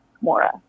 Mora